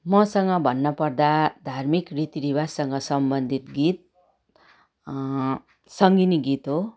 मसँग भन्नपर्दा धार्मिक रीति रिवाजसँग सम्बन्धित गीत सङ्गिनी गीत हो